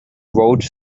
rode